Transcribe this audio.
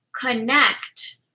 connect